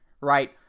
Right